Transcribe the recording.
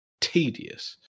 tedious